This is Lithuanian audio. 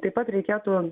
taip pat reikėtų